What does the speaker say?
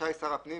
ורשאי שר הפנים,